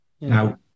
Now